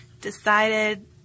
decided